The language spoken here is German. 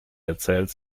erzählt